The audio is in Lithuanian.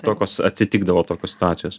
tokios atsitikdavo tokios situacijos